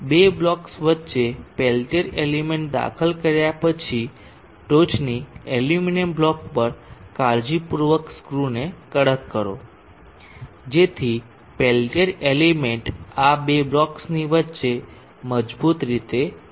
બે બ્લોક્સ વચ્ચે Peltier element દાખલ કર્યા પછી ટોચની એલ્યુમિનિયમ બ્લોક પર કાળજીપૂર્વક સ્ક્રૂને કડક કરો જેથી પેલ્ટીર એલિમેન્ટ આ બે બ્લોક્સની વચ્ચે મજબૂત રીતે પકડે છે